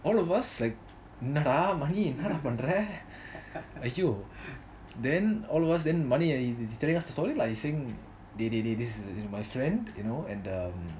all of us like என்னடா மணி என்னடா பண்ற ஐயோ:ennada mani ennada panra !aiyo! then all of us then Mani then he was sorry lah this is my friend and you know um